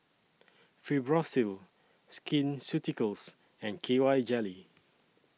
Fibrosol Skin Ceuticals and K Y Jelly